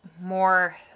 more